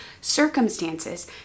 circumstances